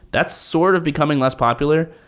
that's sort of becoming less popular.